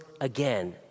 again